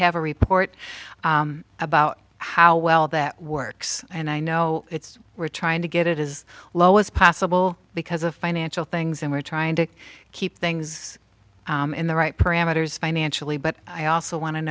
have a report about how well that works and i know it's we're trying to get it is low as possible because of financial things and we're trying to keep things in the right parameters financially but i also want to